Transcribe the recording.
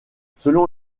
selon